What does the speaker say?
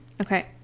okay